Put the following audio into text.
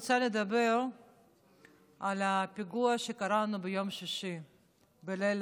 אני רוצה לדבר על הפיגוע שקרה לנו בליל שישי